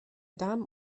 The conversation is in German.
damen